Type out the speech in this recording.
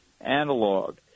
analog